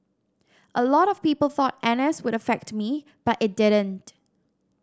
a lot of people thought N S would affect me but it didn't